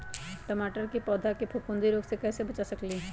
टमाटर के पौधा के फफूंदी रोग से कैसे बचा सकलियै ह?